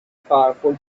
powerful